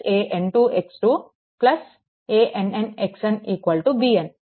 annxn bn